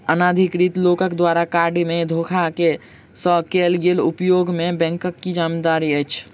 अनाधिकृत लोकक द्वारा कार्ड केँ धोखा सँ कैल गेल उपयोग मे बैंकक की जिम्मेवारी छैक?